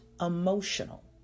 emotional